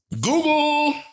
Google